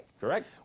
Correct